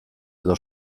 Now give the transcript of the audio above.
edo